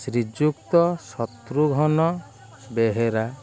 Shriyukta Shatrughna Behera